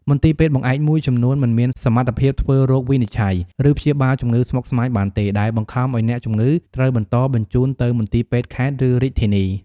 មន្ទីរពេទ្យបង្អែកមួយចំនួនមិនមានសមត្ថភាពធ្វើរោគវិនិច្ឆ័យ ឬព្យាបាលជំងឺស្មុគស្មាញបានទេ ដែលបង្ខំឱ្យអ្នកជំងឺត្រូវបន្តបញ្ជូនទៅមន្ទីរពេទ្យខេត្ត ឬរាជធានី។